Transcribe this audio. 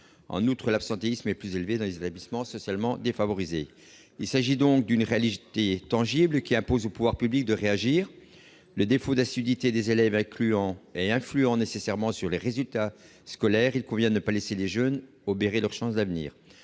En outre, l'absentéisme est plus élevé dans les établissements socialement défavorisés. Il s'agit donc d'une réalité tangible, qui impose aux pouvoirs publics de réagir. Le défaut d'assiduité des élèves influant nécessairement sur leurs résultats scolaires, il convient de ne pas laisser les jeunes obérer leurs chances d'avenir.